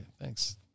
Thanks